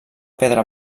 pedra